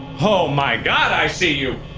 oh my god. i see you.